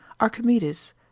Archimedes